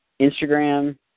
Instagram